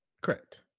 correct